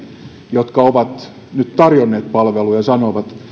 jotka ovat nyt tarjonneet palveluita sanovat